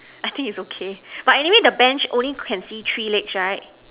I think is okay but anyway the Bench only can see three legs right